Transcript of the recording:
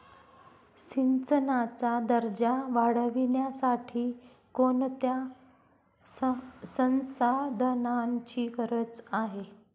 सिंचनाचा दर्जा वाढविण्यासाठी कोणत्या संसाधनांची गरज आहे?